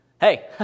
Hey